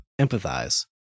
empathize